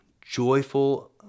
joyful